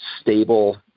stable